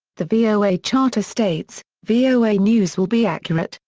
the voa charter states voa news will be accurate,